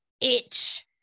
itch